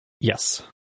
yes